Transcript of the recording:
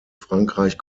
frankreich